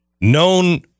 known